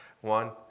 One